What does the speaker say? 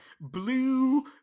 blue